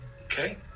Okay